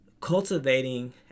Cultivating